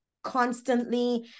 constantly